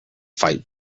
fight